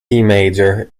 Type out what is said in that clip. major